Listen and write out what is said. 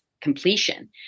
completion